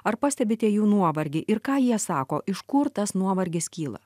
ar pastebite jų nuovargį ir ką jie sako iš kur tas nuovargis kyla